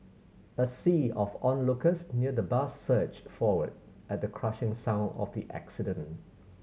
a sea of onlookers near the bus surged forward at the crushing sound of the accident